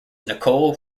nicole